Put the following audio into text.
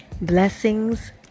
blessings